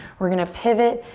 we're gonna pivot,